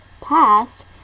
passed